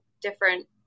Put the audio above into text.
different